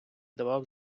давав